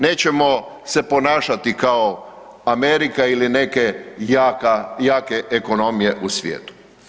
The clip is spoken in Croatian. Nećemo se ponašati kao Amerika ili neke jake ekonomije u svijetu.